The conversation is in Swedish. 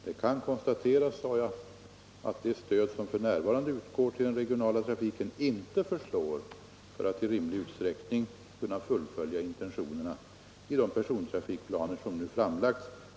Det kan konstateras att det stöd som f. n. utgår till den regionala trafiken inte förslår för att i rimlig utsträckning kunna fullfölja intentionerna i de persontrafikplaner som nu framlagts.